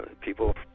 people